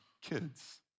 kids